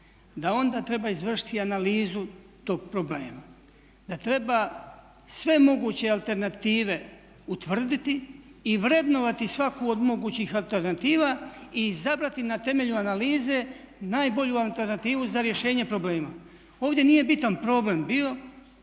da onda treba izvršiti analizu tog problema. Da treba sve moguće alternative utvrditi i vrednovati svaku od mogućih alternativa i izabrati na temelju analize najbolju alternativu za rješenje problema. Ovdje nije bitan problem bio